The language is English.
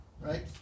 right